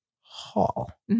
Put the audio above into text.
hall